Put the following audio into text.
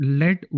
let